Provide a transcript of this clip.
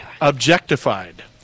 objectified